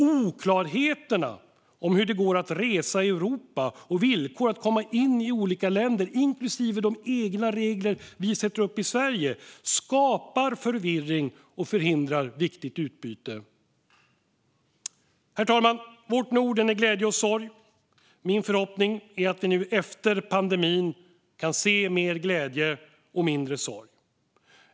Oklarheterna om hur det går att resa i Europa och villkoren för att komma in i olika länder, inklusive de egna regler som vi sätter upp i Sverige, skapar förvirring och förhindrar viktigt utbyte. Herr talman! Vårt Norden är glädje och sorg. Min förhoppning är att vi efter pandemin kan se mer glädje och mindre sorg.